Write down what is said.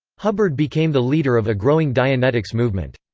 hubbard became the leader of a growing dianetics movement.